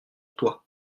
toi